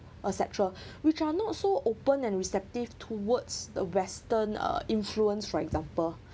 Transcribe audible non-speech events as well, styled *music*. etcetera *breath* which are not so open and receptive towards the western uh influence for example